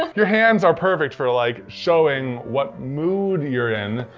ah your hands are perfect for like showing what mood you're in,